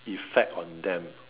effect on them